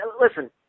listen